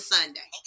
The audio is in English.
Sunday